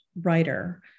writer